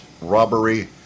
robbery